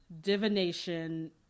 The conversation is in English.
divination